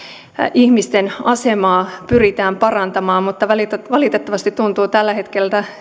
ihmisten asemaa pyritään parantamaan mutta valitettavasti tuntuu tällä hetkellä